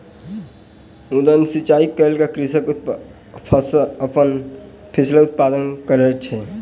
उद्वहन सिचाई कय के कृषक अपन फसिलक उत्पादन करैत अछि